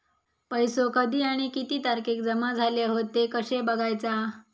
पैसो कधी आणि किती तारखेक जमा झाले हत ते कशे बगायचा?